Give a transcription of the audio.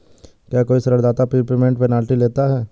क्या कोई ऋणदाता प्रीपेमेंट पेनल्टी लेता है?